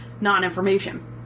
non-information